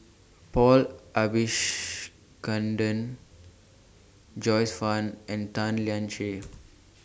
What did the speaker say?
Paul Abisheganaden Joyce fan and Tan Lian Chye